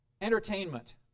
Entertainment